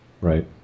Right